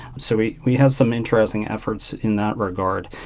so we we have some interesting efforts in that regard.